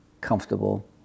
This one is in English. comfortable